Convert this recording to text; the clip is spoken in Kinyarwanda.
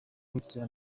burya